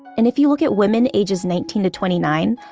and if you look at women ages nineteen twenty nine,